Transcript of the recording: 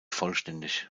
vollständig